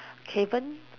caven